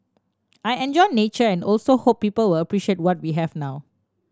I enjoy nature and also hope people will appreciate what we have now